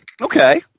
Okay